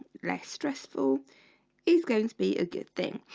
less stressful is going to be a good thing?